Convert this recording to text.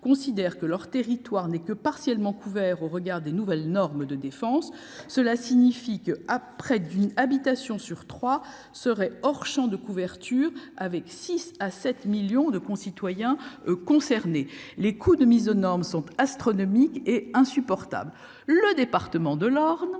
du département de l'Orne